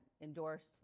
endorsed